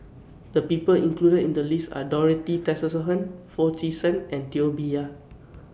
The People included in The list Are Dorothy Tessensohn Foo Chee San and Teo Bee Yen